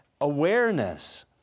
awareness